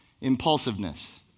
impulsiveness